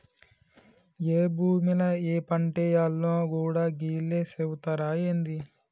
ఏ భూమిల ఏ పంటేయాల్నో గూడా గీళ్లే సెబుతరా ఏంది?